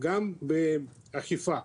גם באכיפה.